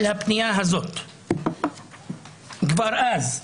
על הפניה הזו כבר אז,